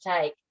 take